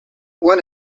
one